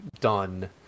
done